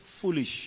foolish